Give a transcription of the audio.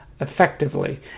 effectively